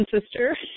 sister